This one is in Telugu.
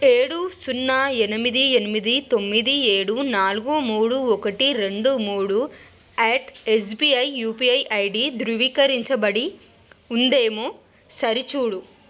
ఏడు సున్నా ఎనిమిది ఎనిమిది తొమ్మిది ఏడు నాలుగు మూడు ఒకటి రెండు మూడు యట్ ఎస్బీఐ యూపీఐ ఐడీ ధృవీకరించబడి ఉందేమో సరిచూడు